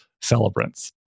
celebrants